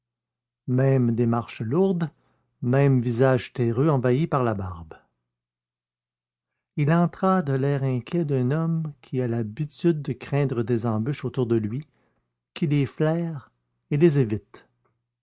même démarche lourde même visage terreux envahi par la barbe il entra de l'air inquiet d'un homme qui a l'habitude de craindre des embûches autour de lui qui les flaire et les évite